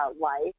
life